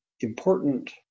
important